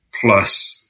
plus